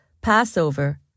Passover